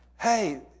hey